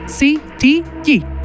C-T-G